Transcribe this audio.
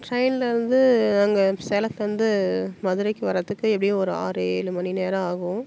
டிரெயின்லேருந்து அங்கே சேலத்துலேருந்து மதுரைக்கு வர்றதுக்கு எப்படியும் ஒரு ஆறு ஏழு மணி நேரம் ஆகும்